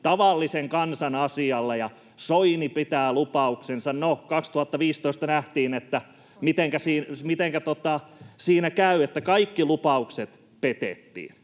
tavallisen kansan asialla, ja Soini pitää lupauksensa. No, 2015 nähtiin, mitenkä siinä käy: kaikki lupaukset petettiin.